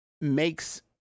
makes